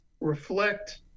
reflect